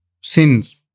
sins